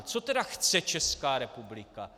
Co tedy chce Česká republika?